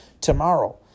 tomorrow